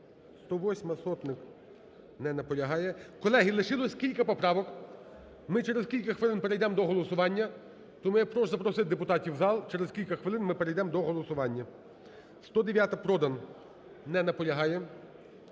Міщенко. Не наполягає. Колеги, лишилось кілька поправок. Ми через кілька хвилин перейдемо голосування. Тому я прошу запросити депутатів в зал, через кілька хвилин ми перейдемо до голосування. 109-а, Продан. Не наполягає.